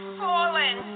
fallen